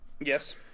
Yes